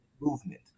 movement